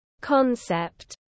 concept